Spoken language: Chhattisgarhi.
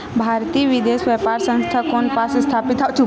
भारतीय विदेश व्यापार संस्था कोन पास स्थापित हवएं?